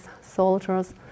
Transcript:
soldiers